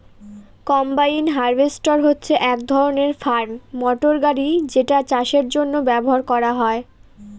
combine harvester হচ্ছে এক ধরনের ফার্ম মটর গাড়ি যেটা চাষের জন্য ব্যবহার করা হয়